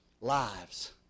lives